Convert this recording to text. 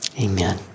amen